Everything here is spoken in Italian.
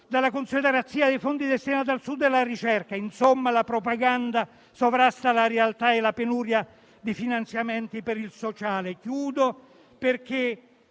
della consueta razzia dei fondi destinati al Sud e alla ricerca. Insomma, la propaganda sovrasta la realtà e la penuria di finanziamenti per il sociale.